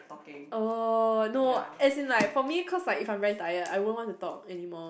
oh no as in like for me cause like if I'm very tired I won't want to talk anymore